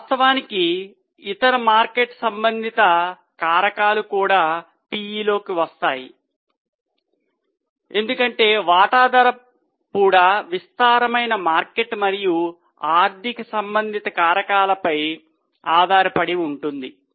వాస్తవానికి ఇతర మార్కెట్ సంబంధిత కారకాలు కూడా PE లోకి వెళ్తాయి ఎందుకంటే వాటా ధర కూడా విస్తారమైన మార్కెట్ మరియు ఆర్థిక సంబంధిత కారకాలపై ఆధారపడి ఉంటుంది